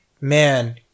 man